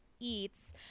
Eats